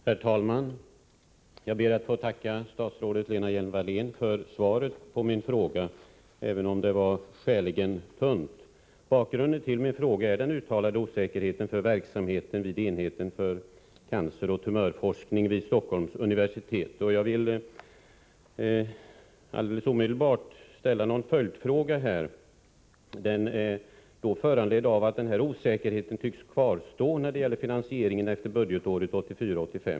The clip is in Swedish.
Herr talman! Jag ber att få tacka statsrådet Lena Hjelm-Wallén för svaret på min fråga, även om det var skäligen tunt. Bakgrunden till min fråga är den uttalade osäkerheten för verksamheter vid enheten för canceroch tumörforskning vid Stockholms universitet. Jag vill omedelbart ställa några följdfrågor som är föranledda av att osäkerheten tycks kvarstå när det gäller finansieringen efter budgetåret 1984/85.